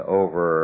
over